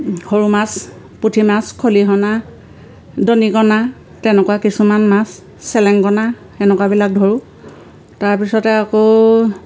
সৰু মাছ পুঠি মাছ খলিহনা দনিকণা তেনেকুৱা কিছুমান মাছ চেলেংকনা এনেকুৱাবিলাক ধৰোঁ তাৰপিছতে আকৌ